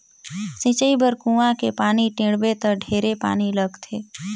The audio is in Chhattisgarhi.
सिंचई बर कुआँ के पानी टेंड़बे त ढेरे पानी लगथे